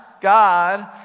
God